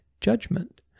judgment